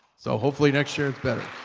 so hopefully next year it's better